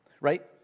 Right